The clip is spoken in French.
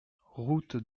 route